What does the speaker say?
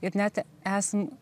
ir net esam